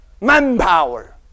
manpower